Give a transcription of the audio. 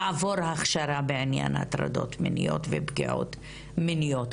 לעבור הכשרה בעניין הטרדות מיניות ופגיעות מיניות,